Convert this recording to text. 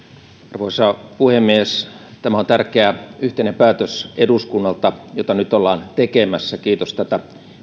arvoisa puhemies tämä on eduskunnalta tärkeä yhteinen päätös jota nyt ollaan tekemässä kiitos tätä